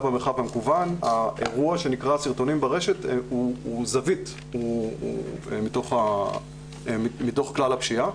במרחב המקוון - שנקרא סרטונים ברשת שהוא זווית מתוך כלל הפשיעה.